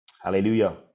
Hallelujah